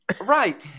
Right